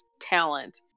talent